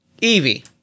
Evie